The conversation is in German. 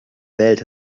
welt